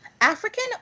african